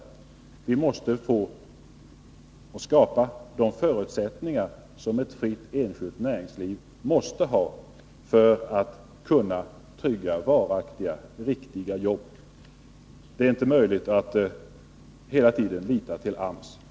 För att trygga varaktiga, riktiga jobb måste vi skapa de förutsättningar som ett fritt enskilt näringsliv måste ha. Det är inte möjligt att hela tiden lita till AMS.